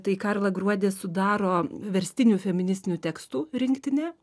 tai karla gruodis sudaro verstinių feministinių tekstų rinktinę